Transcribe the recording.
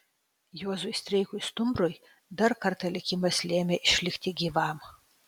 juozui streikui stumbrui dar kartą likimas lėmė išlikti gyvam